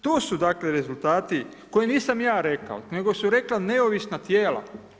Tu su dakle rezultati koje nisam ja rekao nego su rekla neovisna tijela.